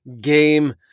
game